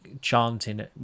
chanting